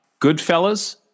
Goodfellas